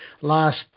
last